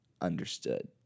understood